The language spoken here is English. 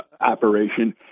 operation